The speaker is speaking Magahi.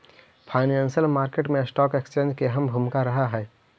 फाइनेंशियल मार्केट मैं स्टॉक एक्सचेंज के अहम भूमिका रहऽ हइ